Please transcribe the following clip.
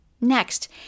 Next